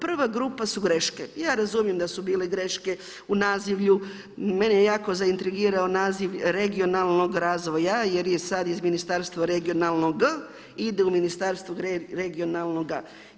Prva grupa su greške, ja razumijem da su bile greške u nazivlju, mene je jako zaintrigirao naziv regionalnog razvoja jer je sada iz Ministarstva regionalnog ide u ministarstvo regionalnoga.